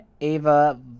Ava